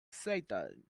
satan